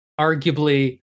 Arguably